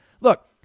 Look